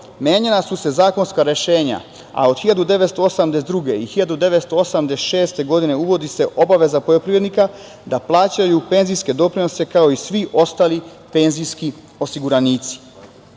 menjala su se zakonska rešenja, a od 1982. i 1986. godine uvodi se obaveza poljoprivrednika da plaćaju penzijske doprinose kao i svi ostali penzijski osiguranici.